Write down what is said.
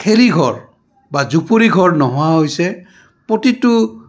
খেৰি ঘৰ বা জুপুৰি ঘৰ নোহোৱা হৈছে প্ৰতিটো